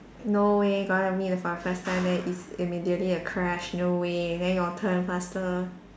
no way gonna meet for the first time then it's immediately a crush no way then your turn faster